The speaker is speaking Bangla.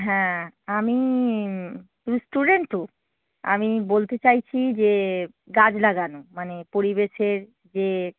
হ্যাঁ আমি তুমি স্টুডেন্ট তো আমি বলতে চাইছি যে গাছ লাগানো মানে পরিবেশের যে